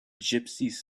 gypsies